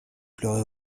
pleurer